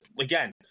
again